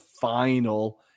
final